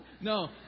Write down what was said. No